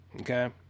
okay